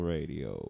Radio